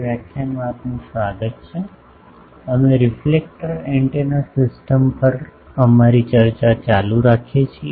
વ્યાખ્યાનમાં આપનું સ્વાગત છે અમે રિફ્લેક્ટર એન્ટેના સિસ્ટમ પર અમારી ચર્ચા ચાલુ રાખીએ છીએ